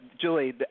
Julie